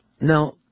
now